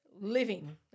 living